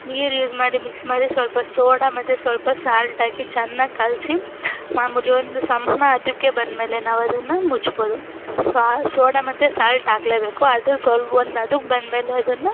ನೀರು ಯೂಸ್ ಮಾಡಿ ಮಿಕ್ಸ್ ಮಾಡಿ ಸ್ವಲ್ಪ ಸೋಡಾ ಮತ್ತು ಸ್ವಲ್ಪ ಸಾಲ್ಟ್ ಹಾಕಿ ಚೆನ್ನಾಗಿ ಕಳಿಸಿ ಮಾಮೂಲಿ ಒಂದು ಸಂಪ್ಳ ಅದಕ್ಕೆ ಬಂದಮೇಲೆ ನಾವು ಅದನ್ನು ಮುಚ್ಬೋದು ಸ್ವ ಸೋಡಾ ಮತ್ತು ಸಾಲ್ಟ್ ಹಾಕ್ಲೇಬೇಕು ಅದು ಸ್ವಲ್ಪ ಒಂದು ಅದಕ್ಕೆ ಬಂದಮೇಲೆ ಅದನ್ನು